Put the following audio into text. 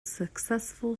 successful